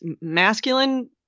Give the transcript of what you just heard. masculine